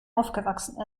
aufgewachsen